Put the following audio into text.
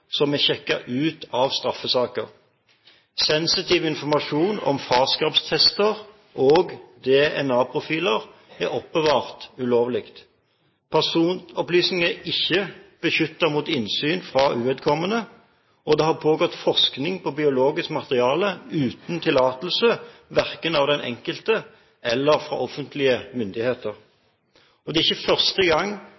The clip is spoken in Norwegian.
som er sjekket ut av straffesaker. Sensitiv informasjon om farskapstester og DNA-profiler er oppbevart ulovlig. Personopplysninger er ikke beskyttet mot innsyn fra uvedkommende, og det har pågått forskning på biologisk materiale uten tillatelse, verken fra den enkelte eller fra offentlige myndigheter.